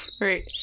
Right